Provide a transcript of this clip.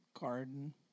garden